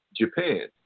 Japan